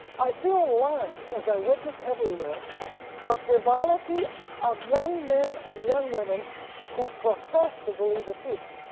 i feel alarmed as i witness everywhere the frivolity of young men and young women who profess to believe the truth.